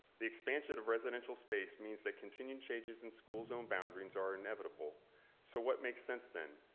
the expansion of residential space means that continued changes in school zone boundaries are inevitable so what makes sense then?